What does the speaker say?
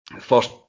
First